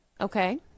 okay